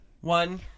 one